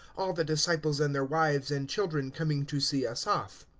all the disciples and their wives and children coming to see us off.